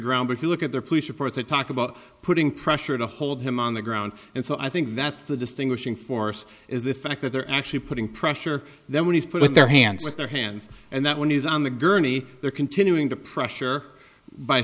ground if you look at the police reports that talk about putting pressure to hold him on the ground and so i think that's the distinguishing force is the fact that they're actually putting pressure then when you put their hands with their hands and that one is on the gurney they're continuing to pressure by